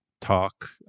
talk